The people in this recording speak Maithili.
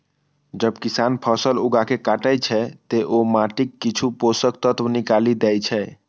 जब किसान फसल उगाके काटै छै, ते ओ माटिक किछु पोषक तत्व निकालि दै छै